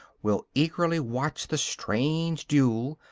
will eagerly watch the strange duel,